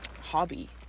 hobby